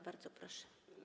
Bardzo proszę.